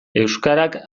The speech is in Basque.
euskarak